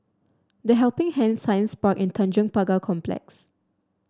The Helping Hand Science Park and Tanjong Pagar Complex